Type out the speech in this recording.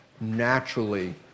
naturally